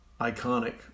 iconic